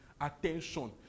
Attention